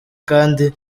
kandi